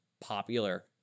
popular